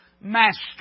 Master